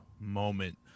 moment